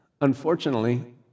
Unfortunately